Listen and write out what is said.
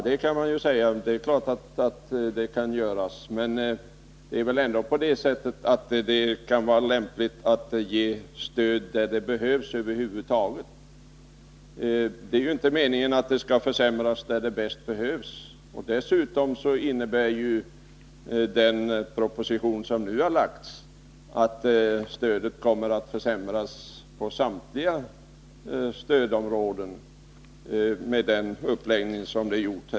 Det är klart, men det är väl ändå så, att det kan vara lämpligt att ge stöd där det över huvud taget behövs. Det är ju inte meningen att det skall försämras där stödet bäst behövs. Dessutom innebär ju den proposition som nu lagts fram att stödet kommer att försämras inom samtliga stödområden.